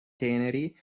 teneri